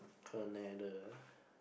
Canada